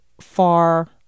far